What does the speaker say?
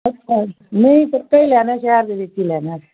ਅੱਛਾ ਨਹੀਂ ਪੱਕਾ ਹੀ ਲੈਣਾ ਸ਼ਹਿਰ ਦੇ ਵਿੱਚ ਹੀ ਲੈਣਾ